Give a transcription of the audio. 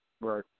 Right